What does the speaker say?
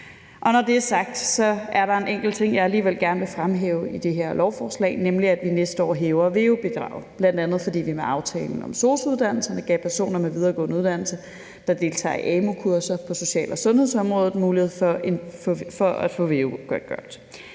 er der en enkelt ting, jeg alligevel gerne vil fremhæve ved det her lovforslag, nemlig at vi næste år hæver veu-bidraget, bl.a. fordi vi med aftalen om sosu-uddannelserne gav personer med en videregående uddannelse, der deltager i amu-kurser på social- og sundhedsområdet, mulighed for at få veu-godtgørelse.